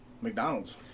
McDonald's